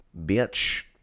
bitch